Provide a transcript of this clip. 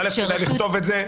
כדאי לכתוב את זה.